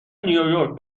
نییورک